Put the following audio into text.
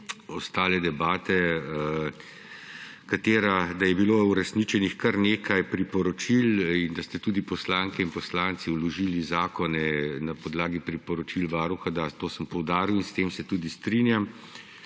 ostale debate, da je bilo uresničenih kar nekaj priporočil in da ste tudi poslanke in poslanci vložili zakone na podlagi priporočil Varuha. Da, to sem poudaril in s tem se tudi strinjam.